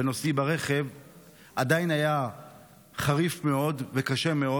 בנוסעי ברכב עדיין היה ריח חריף מאוד וקשה מאוד.